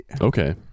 Okay